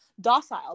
docile